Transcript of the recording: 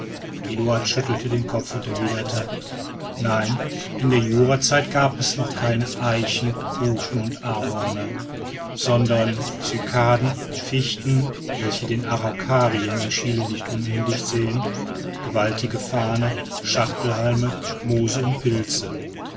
eduard schüttelte den kopf und erwiederte nein in der jurazeit gab es noch keine eichen buchen und ahorne sondern cycaden fichten welche den araukarien in chili nicht unähnlich sehen gewaltige farne schachtelhalme moose und pilze